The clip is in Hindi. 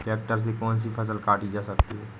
ट्रैक्टर से कौन सी फसल काटी जा सकती हैं?